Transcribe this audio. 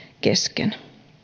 kesken